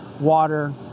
water